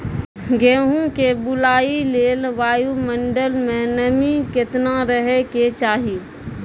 गेहूँ के बुआई लेल वायु मंडल मे नमी केतना रहे के चाहि?